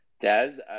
Daz